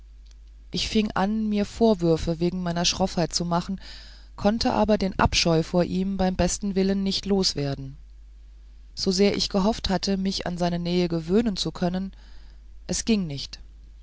ich fing an mir vorwürfe wegen meiner schroffheit zu machen konnte aber den abscheu vor ihm beim besten willen nicht loswerden so sehr ich gehofft hatte mich an seine nähe gewöhnen zu können es ging nicht